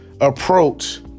approach